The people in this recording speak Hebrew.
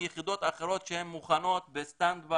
30% אנרגיות ירוקות, מה שאומר שלא נצטרך 100% גז.